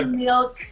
milk